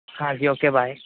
ਹਾਂਜੀ okay bye